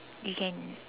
you can